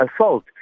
assault